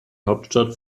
hauptstadt